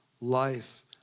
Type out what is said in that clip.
life